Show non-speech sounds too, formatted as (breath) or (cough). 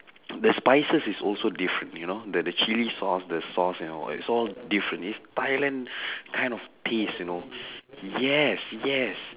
the spices is also different you know the the chili sauce the sauce and all is all different is thailand (breath) kind of taste you know (breath) yes yes